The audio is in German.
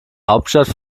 hauptstadt